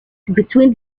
between